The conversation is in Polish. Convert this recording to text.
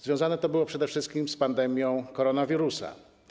Związane to było przede wszystkim z pandemią koronawirusa.